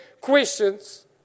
questions